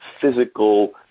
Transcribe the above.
physical